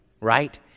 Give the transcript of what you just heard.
right